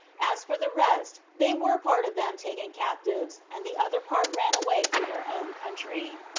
as for the rest, they were part of them taken captives, and the other part ran away to their own country.